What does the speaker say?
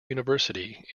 university